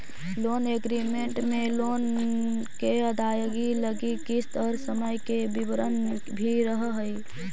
loan agreement में loan के अदायगी लगी किस्त और समय के विवरण भी रहऽ हई